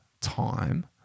time